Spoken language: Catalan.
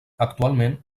actualment